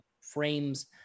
frames